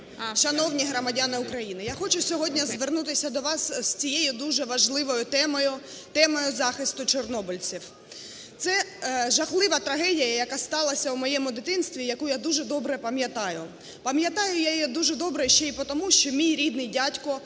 шановні громадяни України, я хочу сьогодні звернутися до вас з цією дуже важливою темою – темою захисту чорнобильців. Це жахлива трагедія, яка сталася в моєму дитинстві і яку я дуже добре пам'ятаю. Пам'ятаю я її дуже добре ще й по тому, що мій рідний дядько